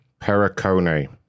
Pericone